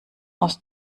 aus